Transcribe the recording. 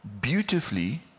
beautifully